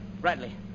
Bradley